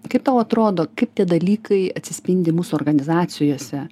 kaip tau atrodo kaip tie dalykai atsispindi mūsų organizacijose